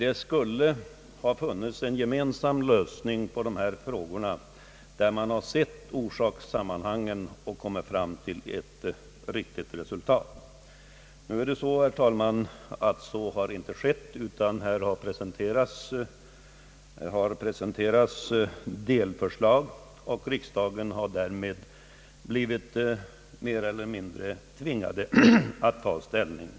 Det borde ha funnits en gemensam lösning av dessa frågor, så att man kunnat se orsakssammanhanget och komma fram till ett riktigt resultat. Emellertid har så inte skett, utan delförslag har presenterats, till vilka riksdagen blivit mer eller mindre tvingad att ta ställning.